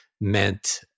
meant